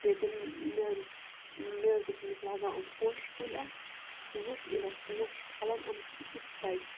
ییٚلہِ تٔمۍ مےٚ حظ ٲسۍ مےٚ حظ دوٚپ تٔمِس لگاو یِم پوشہِ کُلۍ اَتھ ژٕ وٕچھ ییٚلہِ اَتھ پوش پھَلَن اَن یہِ کیُتھ سَجہِ